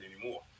anymore